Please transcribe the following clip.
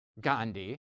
Gandhi